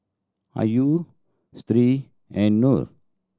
Ayu Sri and Nor